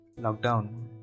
lockdown